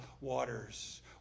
waters